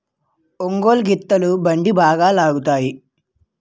ఒంగోలు గిత్తలు బండి బాగా లాగుతాయి